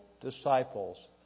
disciples